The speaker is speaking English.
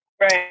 Right